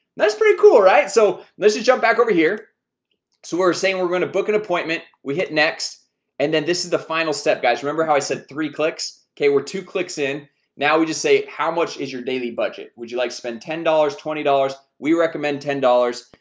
that's pretty cool. right? so let's just jump back over here so we're saying we're going to book an appointment. we hit next and then this is the final step guys remember how i said three clicks? okay. we're two clicks in now. we just say how much is your daily budget? would you like spend ten dollars twenty we recommend ten dollars.